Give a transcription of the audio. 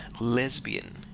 lesbian